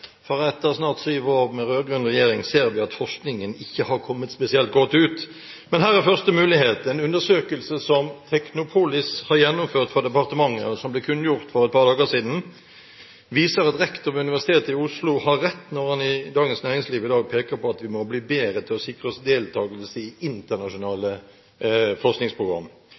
for etter snart syv år med rød-grønn regjering ser vi at forskningen ikke har kommet spesielt godt ut. Men her er første mulighet. En undersøkelse som Technopolis har gjennomført for departementet, og som ble kunngjort for et par dager siden, viser at rektor ved Universitetet i Oslo har rett når han i Dagens Næringsliv i dag peker på at vi må bli bedre til å sikre oss deltakelse i internasjonale forskningsprogram.